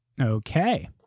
Okay